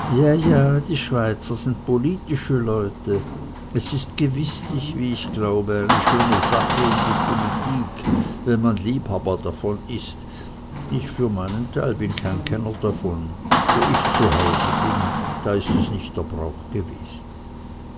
die schweizer sind politische leute es ist gewißlich wie ich glaube eine schöne sache um die politik wenn man liebhaber davon ist ich für meinen teil bin kein kenner davon wo ich zu haus bin da ist es nicht der brauch gewesen